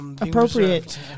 appropriate